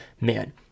man